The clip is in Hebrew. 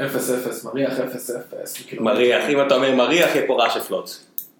אפס אפס מריח אפס אפס, מריח אם אתה אומר מריח יהיה פה רע של פלוץ